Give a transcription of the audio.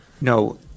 No